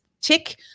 tick